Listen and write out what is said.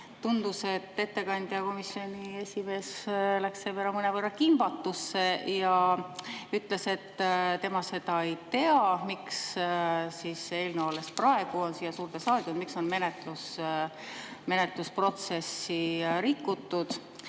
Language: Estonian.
tundus, et ettekandja, komisjoni esimees läks selle peale mõnevõrra kimbatusse. Ta ütles, et tema seda ei tea, miks eelnõu alles praegu on siia suurde saali tulnud, miks on menetlusprotsessi rikutud.